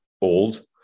old